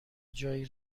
جایی